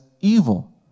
evil